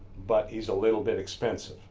but he's a little bit expensive.